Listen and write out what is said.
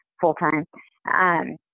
full-time